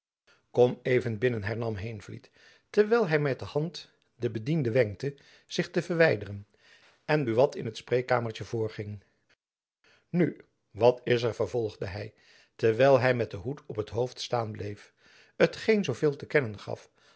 kom even binnen hernam heenvliet terwijl hy met de hand den bediende wenkte zich te verwijderen en buat in het spreekkamertjen voorging nu wat is er vervolgde hy terwijl hy met den hoed op t hoofd staan bleef t geen zoo veel te kennen gaf